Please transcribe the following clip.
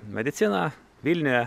mediciną vilniuje